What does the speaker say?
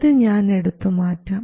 ഇത് ഞാൻ എടുത്തു മാറ്റാം